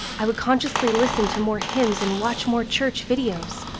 i would consciously listen to more hymns and watch more church videos.